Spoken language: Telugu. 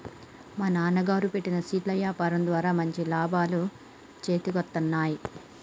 మా నాన్నగారు పెట్టిన స్వీట్ల యాపారం ద్వారా మంచి లాభాలు చేతికొత్తన్నయ్